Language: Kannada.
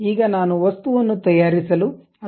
ಈಗ ನಾನು ವಸ್ತುವನ್ನು ತಯಾರಿಸಲು ಅಥವಾ ಸೇರಿಸಲು ಬಯಸುತ್ತೇನೆ